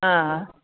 हा